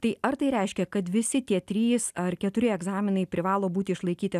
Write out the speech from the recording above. tai ar tai reiškia kad visi tie trys ar keturi egzaminai privalo būti išlaikyti